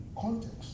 context